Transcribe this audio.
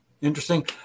Interesting